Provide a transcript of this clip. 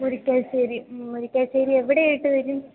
മുരിക്കാശ്ശേരി മ്മ് മുരിക്കാശ്ശേരിയിൽ എവിടെയായിട്ട് വരും